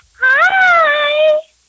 Hi